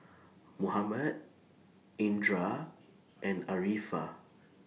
Muhammad Indra and Arifa